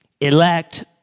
Elect